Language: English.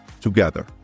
together